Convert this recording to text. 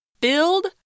Build